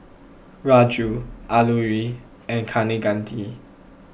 Raja Alluri and Kaneganti